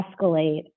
escalate